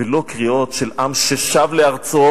ולא קריאות של עם ששב לארצו,